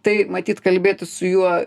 tai matyt kalbėtis su juo